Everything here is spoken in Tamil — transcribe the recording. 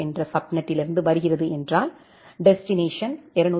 என்ற சப்நெட்டிலிருந்து வருகிறது என்றால் டெஸ்டினேஷன் 202